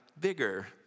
bigger